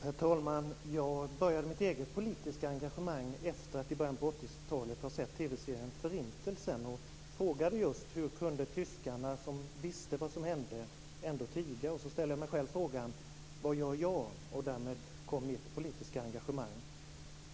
Herr talman! Jag började mitt eget politiska engagemang efter att jag i början av 80-talet hade sett TV serien Förintelsen. Jag frågade mig hur tyskarna som visste vad som hände ändå tiga. Och vad gör jag själv? Därmed blev jag politiskt engagerad.